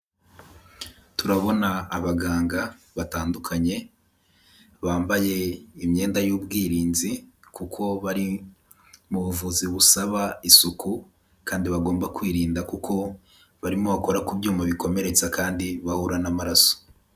Turabona abaganga batandukanye, bambaye imyenda y'ubwirinzi kuko bari mu buvuzi busaba isuku kandi bagomba kwirinda kuko barimo bakora ku byuma bikomeretsa kandi bahura n'amaraso.